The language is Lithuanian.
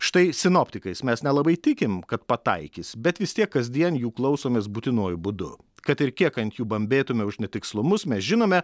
štai sinoptikais mes nelabai tikim kad pataikys bet vis tiek kasdien jų klausomės būtinuoju būdu kad ir kiek ant jų bambėtume už netikslumus mes žinome